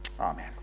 Amen